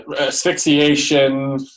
Asphyxiation